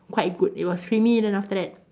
quite good it was creamy then after that